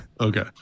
Okay